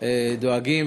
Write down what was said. לא רק בערבים,